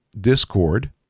Discord